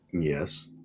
Yes